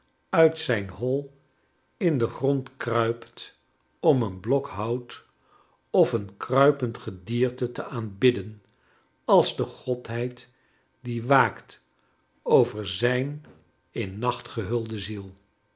uit zijn hoi in den grond kruipt om een blok hout of een kruipend gedierte te aanbidden als de godheid die waakt over zijn in nacht gehulde ziel